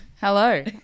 Hello